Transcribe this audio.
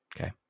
Okay